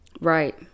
right